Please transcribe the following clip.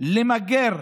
למגר,